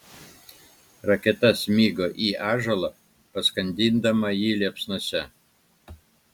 raketa smigo į ąžuolą paskandindama jį liepsnose